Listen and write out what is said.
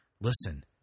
Listen